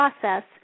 process